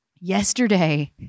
Yesterday